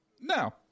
now